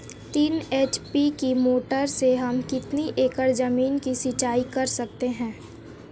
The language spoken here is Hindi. तीन एच.पी की मोटर से हम कितनी एकड़ ज़मीन की सिंचाई कर सकते हैं?